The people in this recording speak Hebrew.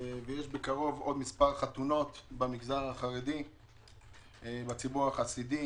יש בקרוב עוד מספר חתונות גדולות בציבור החסידי.